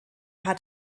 hat